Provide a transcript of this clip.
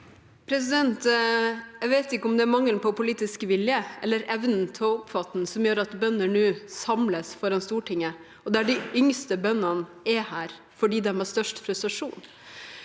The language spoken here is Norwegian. Jeg vet ikke om det er mangelen på politisk vilje eller evnen til å oppfatte den som gjør at bønder nå samles foran Stortinget – og der de yngste bøndene er med fordi de har størst frustrasjon.